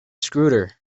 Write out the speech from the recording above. scudder